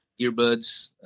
earbuds